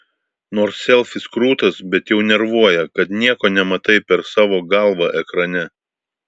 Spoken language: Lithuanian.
nors selfis krūtas bet jau nervuoja kad nieko nematai per savo galvą ekrane